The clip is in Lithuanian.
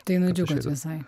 tai nudžiugot visai